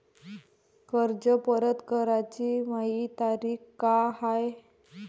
कर्ज परत कराची मायी तारीख का हाय?